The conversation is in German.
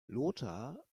lothar